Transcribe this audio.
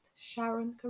Sharon